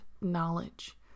knowledge